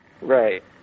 Right